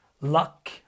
luck